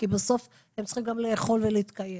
כי בסוף הם צריכים גם לאכול ולהתקיים.